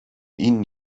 ihn